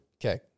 okay